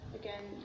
again